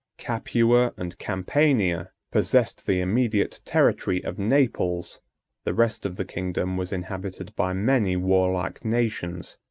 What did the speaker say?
capua and campania possessed the immediate territory of naples the rest of the kingdom was inhabited by many warlike nations,